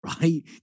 right